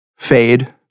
Fade